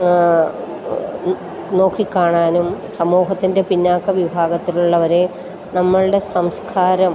നോക്കിക്കാണാനും സമൂഹത്തിൻ്റെ പിന്നോക്ക വിഭാഗത്തിലുള്ളവരെ നമ്മളുടെ സംസ്കാരം